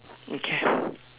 okay